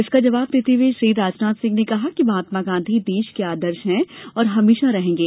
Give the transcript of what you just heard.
इसका जवाब देते हुए श्री राजनाथ सिंह ने कहा कि महात्मा गांधी देश के आदर्श हैं और हमेशा रहेंगे